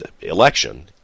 election